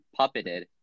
puppeted